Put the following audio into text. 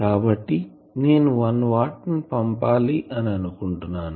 కాబట్టి నేను 1 వాట్ ని పంపాలి అని అనుకుంటున్నాను